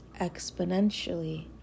exponentially